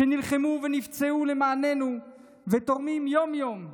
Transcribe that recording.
שנלחמו ונפצעו למעננו ותורמים יום-יום,